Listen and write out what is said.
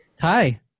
Hi